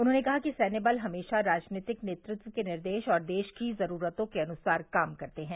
उन्होंने कहा कि सैन्य बल हमेशा राजनीतिक नेतृत्व के निर्देश और देश की जरूरतों के अनुसार काम करते हैं